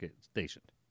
stationed